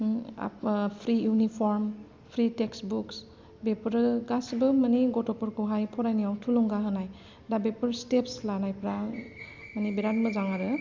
free uniform free textbooks बेफोरो गासैबो माने गथ'फोरखौहाय फरायनायाव थुंलुंगा होनाय दा बेफोर स्टेपस लानायफ्रा माने बिराद मोजां आरो